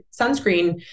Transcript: sunscreen